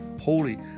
Holy